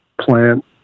plant